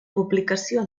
publicació